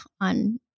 on